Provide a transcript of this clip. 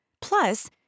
Plus